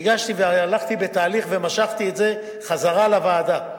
הלכתי בתהליך ומשכתי את הצעת החוק חזרה לוועדה.